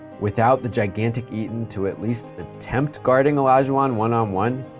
without the gigantic eaton to at least attempt guarding olajuwon one on one,